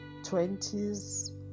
20s